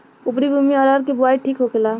उपरी भूमी में अरहर के बुआई ठीक होखेला?